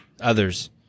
Others